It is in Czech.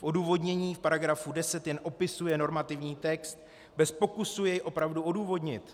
Odůvodnění v § 10 jen opisuje normativní text bez pokusu jej opravdu odůvodnit.